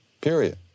period